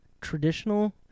traditional